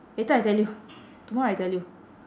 later I tell you tomorrow I tell you